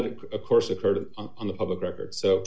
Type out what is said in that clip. that of course occurred on the public record so